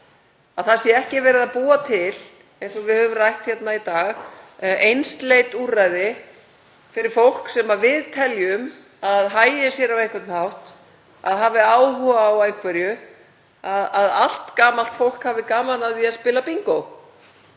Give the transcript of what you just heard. Að það sé ekki verið að búa til, eins og við höfum rætt hérna í dag, einsleit úrræði fyrir fólk sem við teljum að hagi sér á einhvern hátt, að það hafi áhuga á einhverju, að allt gamalt fólk hafi gaman af því að spila bingó